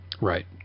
right